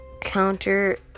counter